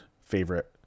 favorite